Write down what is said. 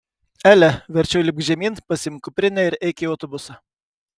ele verčiau lipk žemyn pasiimk kuprinę ir eik į autobusą